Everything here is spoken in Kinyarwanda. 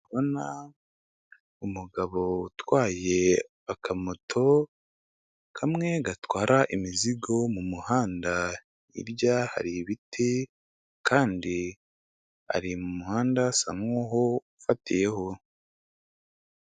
Ndi kubona umugabo utwaye akamoto kamwe gatwara imizigo mu muhanda hirya hari ibiti kandi ari mu muhanda asa nkuwafatiyeho.